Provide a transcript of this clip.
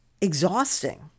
exhausting